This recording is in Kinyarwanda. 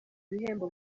ibihembo